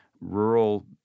rural